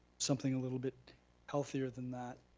something a little bit healthier than that.